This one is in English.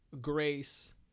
grace